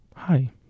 Hi